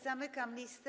Zamykam listę.